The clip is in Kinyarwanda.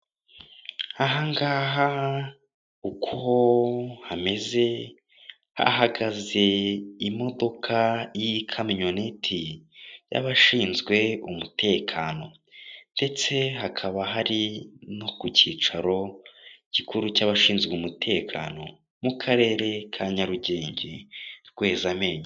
Aha ngaha uko hameze hahagaze imodoka y'ikamyoneti y'abashinzwe umutekano ndetse hakaba hari no ku cyicaro gikuru cy'abashinzwe umutekano mu karere ka Nyarugenge, Rwezamenyo.